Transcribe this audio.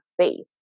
space